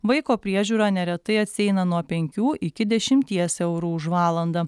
vaiko priežiūra neretai atsieina nuo penkių iki dešimties eurų už valandą